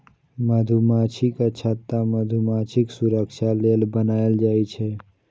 मधुमाछीक छत्ता मधुमाछीक सुरक्षा लेल बनाएल जाइ छै